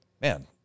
man